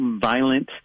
violent